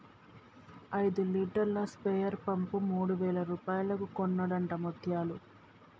ఐదు లీటర్ల sprayer pump మూడు వేల రూపాయలకు కొన్నడట ముత్యాలు